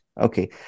okay